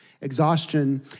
Exhaustion